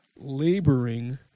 laboring